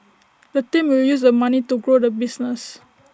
the team will use the money to grow the business